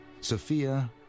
Sophia